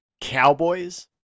Cowboys